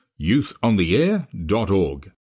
youthontheair.org